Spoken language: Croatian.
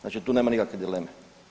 Znači tu nema nikakve dileme.